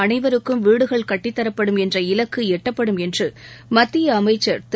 அனைவருக்கும் வீடுகள் கட்டித்தரப்படும் என்ற இலக்கு எட்டப்படும் என்று மத்திய அமைச்சர் திரு